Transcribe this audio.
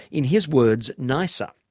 in his words, nicer.